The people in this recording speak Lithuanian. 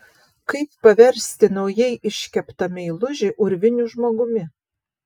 kaip paversti naujai iškeptą meilužį urviniu žmogumi